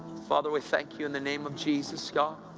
father, we thank you in the name of jesus, god,